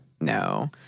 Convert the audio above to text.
No